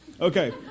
Okay